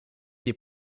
des